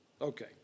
Okay